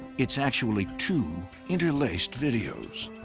it's actually two interlaced videos.